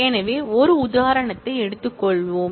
எனவே ஒரு உதாரணத்தை எடுத்துக் கொள்வோம்